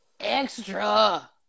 extra